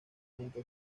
junto